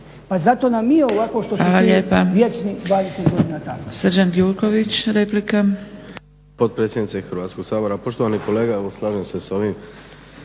Pa zato nam i je ovako što su vječni 20 godina tamo.